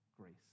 grace